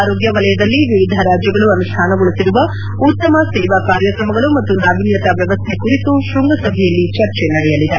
ಆರೋಗ್ಯ ವಲಯದಲ್ಲಿ ವಿವಿಧ ರಾಜ್ಯಗಳು ಅನುಷ್ಣಾನಗೊಳಿಸಿರುವ ಉತ್ತಮ ಸೇವಾ ಕಾರ್ಯಕ್ರಮಗಳು ಮತ್ತು ನಾವಿನ್ಯತ ವ್ಯವಸ್ಥೆ ಕುರಿತು ಶೃಂಗಸಭೆಯಲ್ಲಿ ಚರ್ಚೆ ನಡೆಯಲಿದೆ